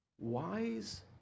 wise